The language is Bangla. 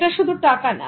এটা শুধু টাকা না